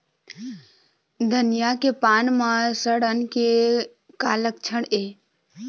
धनिया के पान म सड़न के का लक्षण ये?